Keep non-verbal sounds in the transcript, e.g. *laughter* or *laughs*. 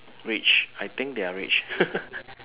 rich I think they are rich *laughs*